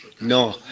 No